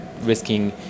risking